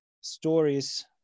stories